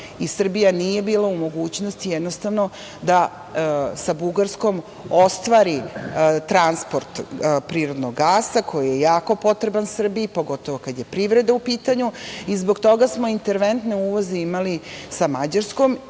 i Srbija nije bila u mogućnosti, jednostavno, da sa Bugarskom ostvari transport prirodnog gasa koji je jako potreban Srbiji, pogotovo kada je privreda u pitanju i zbog toga smo interventne uvoze imali sa Mađarskom